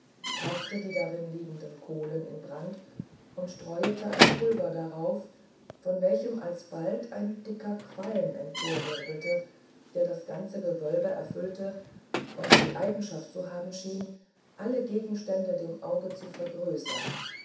brachte die darin liegenden kohlen in brand und streute ein pulver darauf von welchem alsbald ein dicker qualm emporwirbelte der das ganze gewölbe erfüllte und die eigenschaft zu haben schien alle gegenstände dem auge zu vergrößern